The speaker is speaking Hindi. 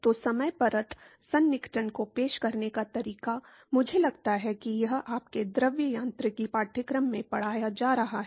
तो सीमा परत सन्निकटन को पेश करने का तरीका मुझे लगता है कि यह आपके द्रव यांत्रिकी पाठ्यक्रम में पढ़ाया जा रहा है